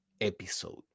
episode